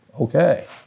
Okay